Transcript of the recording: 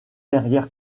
derrière